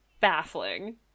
baffling